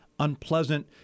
unpleasant